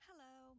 Hello